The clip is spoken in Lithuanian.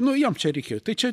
nu jam čia reikėjo tai čia